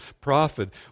prophet